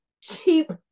cheap